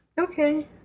Okay